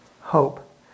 hope